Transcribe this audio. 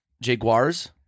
Jaguars